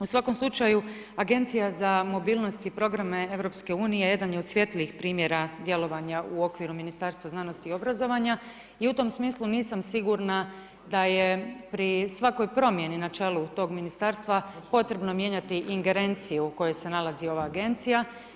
U svakom slučaju Agencija za mobilnost i programe EU jedan je od svjetlijih primjera djelovanja u okviru Ministarstva znanosti i obrazovanja i u tom smislu nisam sigurna da je pri svakoj promjeni na čelu tog ministarstva potrebno mijenjati ingerenciju u kojoj se nalazi ova agencija.